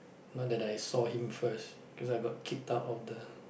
not that I saw him first cause I got kicked out of the